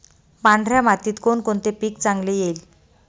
पांढऱ्या मातीत कोणकोणते पीक चांगले येईल?